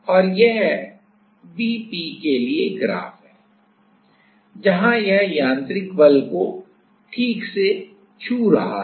और यह Vp के लिए ग्राफ है जहां यह यांत्रिक बल को ठीक से छू रहा है